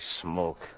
smoke